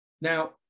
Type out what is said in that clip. Now